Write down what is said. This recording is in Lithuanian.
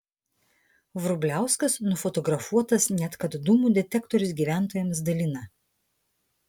vrubliauskas nufotografuotas net kad dūmų detektorius gyventojams dalina